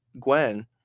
Gwen